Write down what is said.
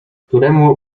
któremu